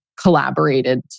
collaborated